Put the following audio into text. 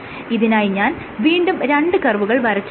ഇതിനായി ഞാൻ വീണ്ടും രണ്ട് കർവുകൾ വരച്ചിട്ടുണ്ട്